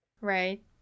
Right